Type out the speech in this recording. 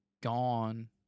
gone